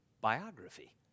biography